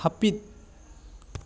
ᱦᱟᱯᱤᱫ